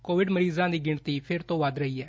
Covid ਮਰੀਜ਼ਾਂ ਦੀ ਗਿਣਤੀ ਫਿਰ ਤੋਂ ਵੱਧ ਰਹੀ ਐ